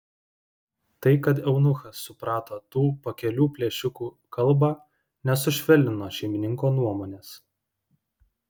tai kad eunuchas suprato tų pakelių plėšikų kalbą nesušvelnino šeimininko nuomonės